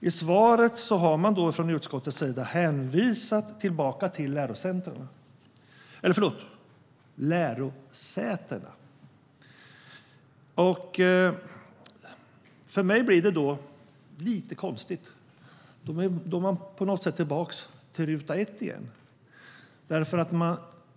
I svaret hänvisar utskottet tillbaka till lärosätena. För mig blir det lite konstigt, för då är man på något sätt tillbaka på ruta ett igen.